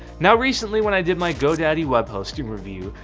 now recently, when i did my godaddy web hosting review,